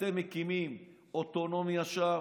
אתם מקימים אוטונומיה שם